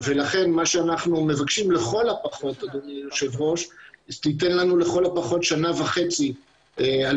אנחנו מבקשים לכל הפחות שתיתן לנו שנה וחצי על